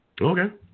Okay